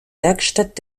werkstatt